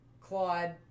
Claude